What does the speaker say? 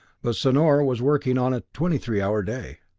but sonor was working on a twenty-three hour day.